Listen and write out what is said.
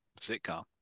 sitcom